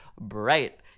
Bright